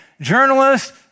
Journalist